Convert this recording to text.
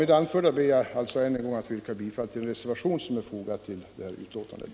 Med det anförda ber jag än en gång att få yrka bifall till reservationen 1.